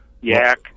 yak